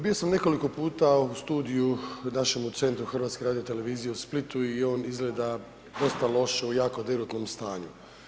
Bio sam nekoliko puta u studiju u našem centru HRT-u u Splitu i on izgleda dosta loše u jako derutnom stanju.